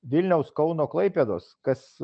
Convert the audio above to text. vilniaus kauno klaipėdos kas